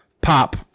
pop